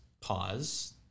pause